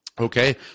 Okay